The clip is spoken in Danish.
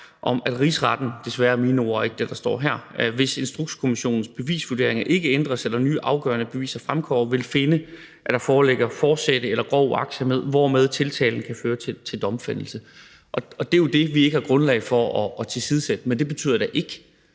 – »at Rigsretten« – desværre – »hvis Instrukskommissionens bevisvurderinger ikke ændres, eller nye afgørende beviser fremkommer, vil finde, at der foreligger forsæt eller grov uagtsomhed, hvorved tiltalen kan føre til domfældelse.« Det er jo det, vi ikke har grundlag for at tilsidesætte, men det betyder da ikke,